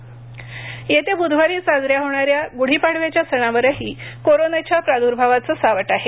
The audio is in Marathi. गढीपाडवा येत्या बूधवारी साजऱ्या होणाऱ्या गुढीपाडव्याच्या सणावरही कोरोनाच्या प्रादूर्भावाचं सावट आहे